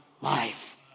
life